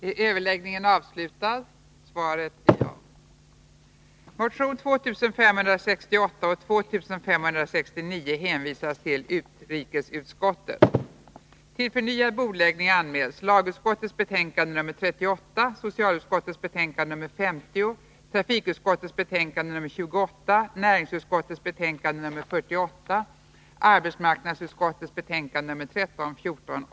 I dag utgår ett statligt stöd till odling av foderärt och åkerbönor, för att på det sättet stimulera svenska jordbrukare till ökad odling av proteingrödor. Det är mycket bra att det här stödet finns, men som reglerna nu är utformade kan inte den som odlar dessa grödor och använder dem i sin egen produktion få del av stödet. Stödet utbetalas nämligen till foderindustrin och kommer på så sätt endast de odlare till del som odlar ärter och bönor till avsalu. Detta förhållande är inte bra, eftersom det stimulerar odlaren att sälja sin gröda i stället för att använda den i sin egen produktion.